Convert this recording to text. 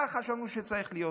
כך חשבנו שצריך להיות.